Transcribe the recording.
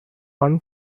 one